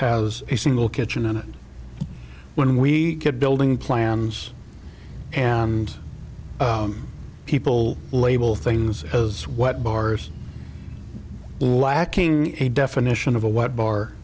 has a single kitchen and when we get building plans and people label things as what bars lacking a definition of a wet bar